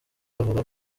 avuga